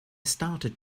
started